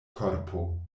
korpo